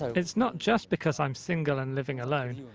is not just because i am single and living alone.